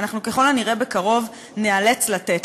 אנחנו ככל הנראה בקרוב ניאלץ לתת.